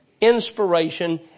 Inspiration